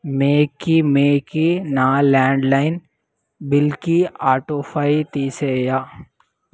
మేకి మేకి నా ల్యాండ్లైన్ బిల్కి ఆటో ఫైల్ తీసెయ్య